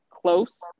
Close